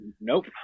Nope